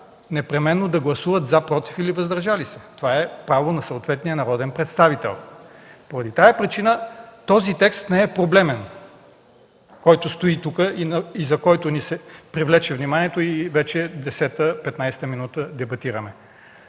непременно да гласуват „за”, „против” или „въздържали се”. Това е право на съответния народен представител. Поради тази причина този текст, който стои тук и върху който ни се привлече вниманието и по който дебатираме